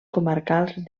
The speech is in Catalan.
comarcals